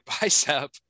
bicep